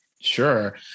Sure